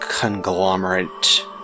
conglomerate